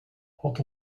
port